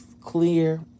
clear